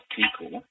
people